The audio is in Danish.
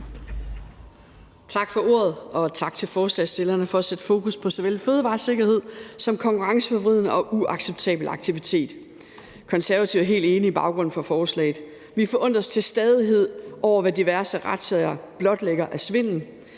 Tak for ordet, og tak til forslagsstillerne for at sætte fokus på såvel bedre fødevaresikkerhed som konkurrenceforvridende og uacceptabel aktivitet. Konservative er helt enige i forhold til baggrunden for forslaget. Vi forundres til stadighed over, hvad diverse retssager blotlægger af svindel